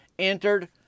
Entered